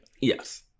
Yes